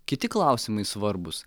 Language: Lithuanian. kiti klausimai svarbūs